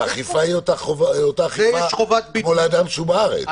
והאכיפה היא אותה אכיפה כמו לאדם שהוא בארץ.